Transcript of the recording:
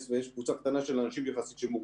ויש קבוצה קטנה של אנשים שמורשית,